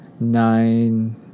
Nine